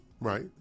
right